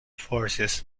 forces